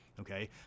Okay